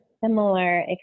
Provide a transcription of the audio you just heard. similar